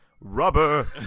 rubber